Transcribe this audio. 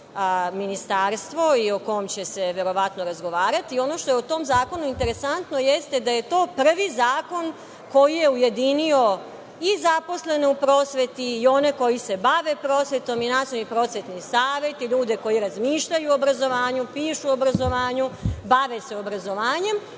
i o kom će se verovatno razgovarati. Ono što je u tom zakonu interesantno jeste da je to prvi zakon koji je ujedinio i zaposlene u prosveti i one koji se bave prosvetom i Nacionalni prosvetni savet i ljude koji razmišljaju o obrazovanju, pišu o obrazovanju, bave se obrazovanjem